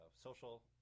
social